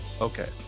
okay